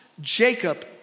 Jacob